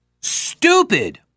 stupid